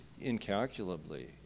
incalculably